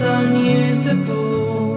unusable